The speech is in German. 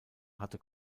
hatte